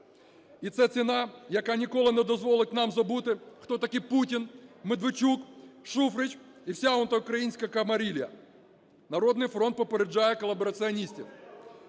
і це ціна, яка ніколи не дозволить нам забути, хто такий Путін, Медведчук, Шуфрич і вся антиукраїнська камарилья. "Народний фронт" попереджає колабораціоністів: